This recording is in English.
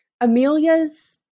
Amelia's